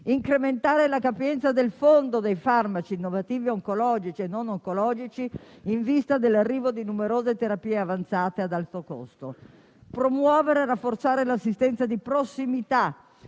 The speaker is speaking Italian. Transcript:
incrementare la capienza del fondo dei farmaci innovativi oncologici e non oncologici in vista dell'arrivo di numerose terapie avanzate ad alto costo; promuovere e rafforzare l'assistenza di prossimità;